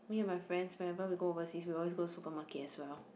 me and my friends whenever we go overseas we always go supermarket as well